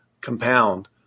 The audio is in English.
compound